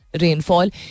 rainfall